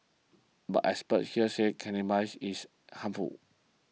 but experts here say cannabis is harmful